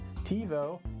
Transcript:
TiVo